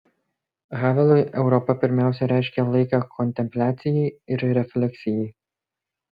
havelui europa pirmiausia reiškia laiką kontempliacijai ir refleksijai